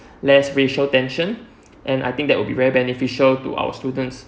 less racial tension and I think that would be very beneficial to our students